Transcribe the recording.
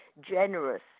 generous